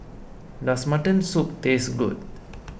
does Mutton Soup taste good